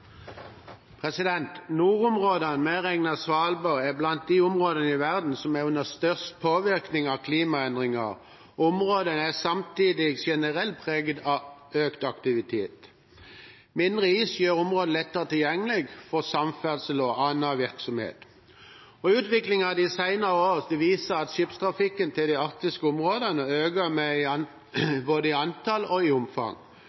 blant de områdene i verden som er under størst påvirkning av klimaendringer. Området er samtidig generelt preget av økt aktivitet. Mindre is gjør området lettere tilgjengelig for samferdsel og annen virksomhet, og utviklingen de senere år viser at skipstrafikken til de arktiske områdene øker både i antall og omfang, og dette gjelder særlig cruisetrafikken. Arbeiderpartiet mener at med større kommersiell og industriell aktivitet i